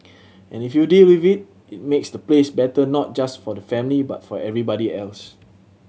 and if you deal with it it makes the place better not just for the family but for everybody else